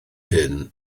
hyn